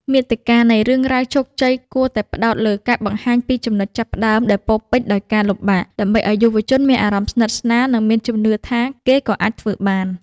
មាតិកានៃរឿងរ៉ាវជោគជ័យគួរតែផ្ដោតលើការបង្ហាញពីចំណុចចាប់ផ្ដើមដែលពោរពេញដោយការលំបាក ដើម្បីឱ្យយុវជនមានអារម្មណ៍ស្និទ្ធស្នាល និងមានជំនឿថាគេក៏អាចធ្វើបាន។